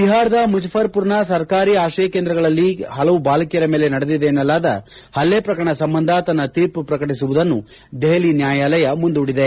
ಬಿಹಾರದ ಮುಜಫರ್ಮರ್ನ ಸರ್ಕಾರಿ ಆಕ್ರಯ ಕೇಂದ್ರಗಳಲ್ಲಿ ಹಲವು ಬಾಲಕಿಯರ ಮೇಲೆ ನಡೆದಿದೆ ಎನ್ನಲಾದ ಹಲ್ಲೆ ಪ್ರಕರಣ ಸಂಬಂಧ ತನ್ನ ತೀರ್ಮ ಪ್ರಕಟಿಸುವುದನ್ನು ದೆಹಲಿ ನ್ವಾಯಾಲಯ ಮುಂದೂಡಿದೆ